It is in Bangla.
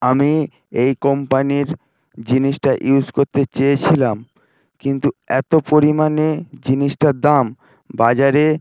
আমি এই কোম্পানির জিনিসটা ইউজ করতে চেয়েছিলাম কিন্তু এতো পরিমানে জিনিসটার দাম বাজারে